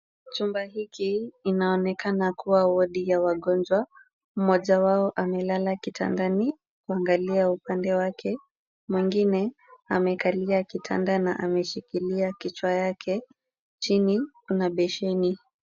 Chumba hiki inaonekana kuwa wodi ya wagonjwa, mmoja wao amelala kitandani kuangalia upande wake. Mwingine amekalia kitanda na ameshikilia kichwa yake, chini kuna besheni.